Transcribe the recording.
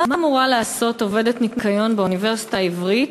אדוני היושב-ראש,